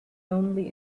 only